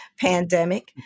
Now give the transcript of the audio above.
pandemic